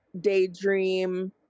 daydream